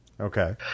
Okay